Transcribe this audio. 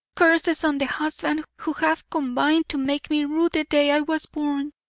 curses on the husband, who have combined to make me rue the day i was born!